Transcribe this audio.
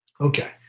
Okay